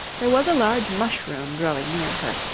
there was a large mushroom growing near her,